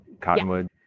cottonwood